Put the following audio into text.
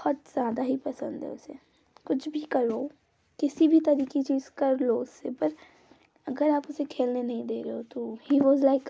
बहुत ज़्यादा ही पसंद है उसे कुछ भी कर लो किसी भी तरीके की चीज़ कर लो उसे पर अगर आप उसे खेलने नहीं दे रहे हो तो ही वाज़ लाइक